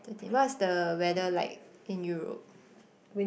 thirteen what's the weather like in Europe